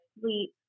sleep